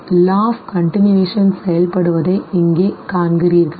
law of continuation செயல்படுவதை இங்கே காண்கிறீர்களா